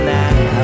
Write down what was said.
now